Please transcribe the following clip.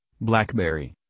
blackberry